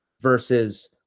versus